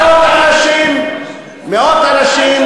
רק בשבוע האחרון מאות אנשים,